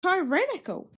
tyrannical